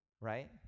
Right